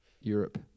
Europe